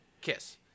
Kiss